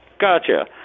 Gotcha